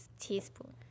teaspoon